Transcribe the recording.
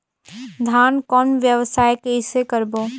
धान कौन व्यवसाय कइसे करबो?